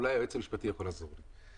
אולי היועץ המשפטי יכול לעזור לי.